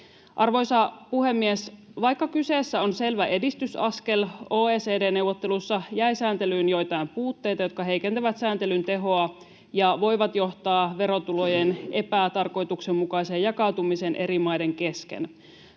Arvoisa puhemies! Vaikka kyseessä on selvä edistysaskel, OECD-neuvotteluissa jäi sääntelyyn joitain puutteita, jotka heikentävät sääntelyn tehoa ja voivat johtaa verotulojen epätarkoituksenmukaiseen jakautumiseen eri maiden kesken.